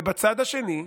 ובצד השני,